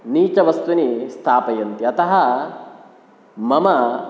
नीचवस्तूनि स्थापयन्ति अतः मम